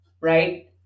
right